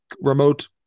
remote